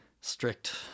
strict